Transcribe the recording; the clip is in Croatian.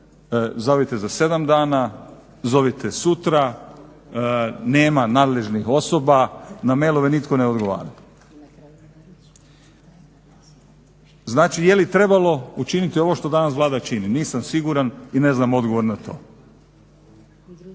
zovite za 7 dana, zovite sutra, nema nadležnih osoba, na mailove nitko ne odgovara. Znači je li trebalo učiniti ovo što danas Vlada čini, nisam siguran i ne znam odgovor na to.